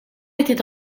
était